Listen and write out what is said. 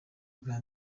bwa